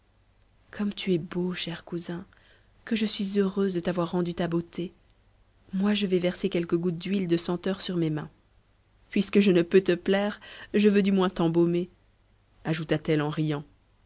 comme tu es beau cher cousin que je suis heureuse de t'avoir rendu ta beauté moi je vais verser quelques gouttes d'huile de senteur sur mes mains puisque je ne peux te plaire je veux du moins t'embaumer ajouta-t-elle en riant